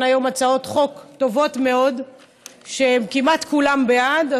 היום הצעות חוק טובות מאוד וכמעט כולם בעד,